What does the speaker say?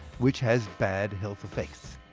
which has bad health effects.